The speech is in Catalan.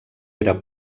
era